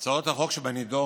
הצעות החוק שבנדון,